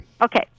Okay